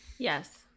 Yes